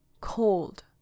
cold